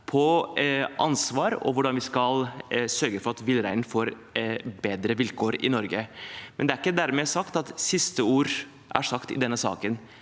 på ansvar og på hvordan vi skal sørge for at villreinen får bedre vilkår i Norge. Det er dermed ikke slik at siste ord er sagt i denne saken.